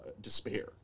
despair